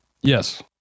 yes